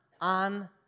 on